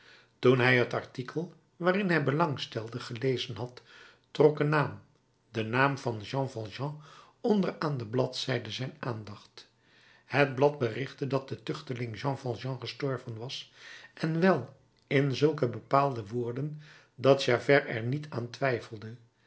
toen hij het artikel waarin hij belang stelde gelezen had trok een naam de naam van jean valjean onder aan een bladzijde zijn aandacht het blad berichtte dat de tuchteling jean valjean gestorven was en wel in zulke bepaalde woorden dat javert er niet aan twijfelde